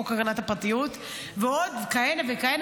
חוק הגנת הפרטיות ועוד כהנה וכהנה